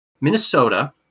Minnesota